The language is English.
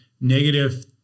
negative